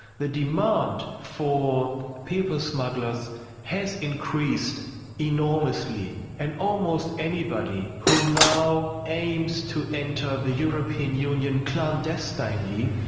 the demand for people smugglers has increased enormously, and almost anybody who now aims to enter the european union clandestinely,